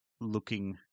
looking